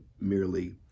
merely